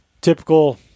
typical